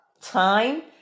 time